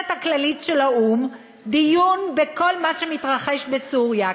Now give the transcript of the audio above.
הכללית של האו"ם דיון בכל מה שמתרחש בסוריה,